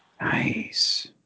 Nice